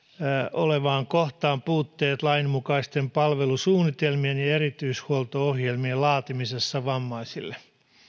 olevaan kohtaan puutteet lainmukaisten palvelusuunnitelmien ja ja erityishuolto ohjelmien laatimisessa vammaisille